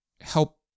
help